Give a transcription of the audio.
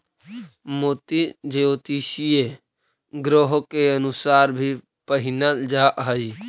मोती ज्योतिषीय ग्रहों के अनुसार भी पहिनल जा हई